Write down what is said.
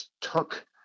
took